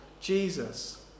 Jesus